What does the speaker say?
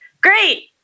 great